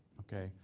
okay,